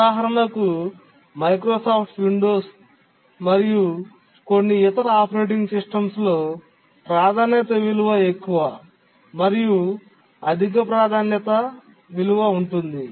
ఉదాహరణకు Microsoft Windows మరియు కొన్ని ఇతర ఆపరేటింగ్ సిస్టమ్స్లో ప్రాధాన్యత విలువ ఎక్కువ మరియు అధిక ప్రాధాన్యత అధిక ప్రాధాన్యత విలువ ఉంటుంది